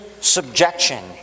subjection